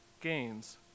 gains